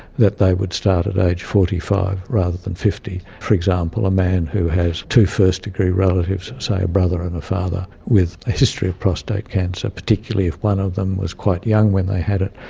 that they would start at age forty five rather than fifty. for example, a man who has two first-degree relatives, say a brother and a father, with a history of prostate cancer, particularly if one of them was quite young when they had it.